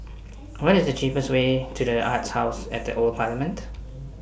What IS The cheapest Way to The Arts House At The Old Parliament